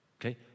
Okay